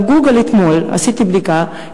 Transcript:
אתמול עשיתי בדיקה ב"גוגל",